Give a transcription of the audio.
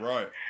Right